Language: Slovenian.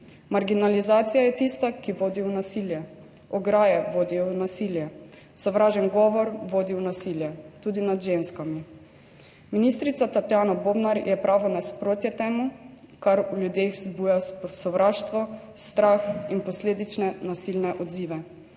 Marginalizacija je tista, ki vodi v nasilje, ograje vodijo v nasilje, sovražen govor vodi v nasilje, tudi nad ženskami. Ministrica Tatjana Bobnar je pravo nasprotje temu, kar v ljudeh vzbuja sovraštvo, strah in posledične nasilne odzive.